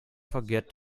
forget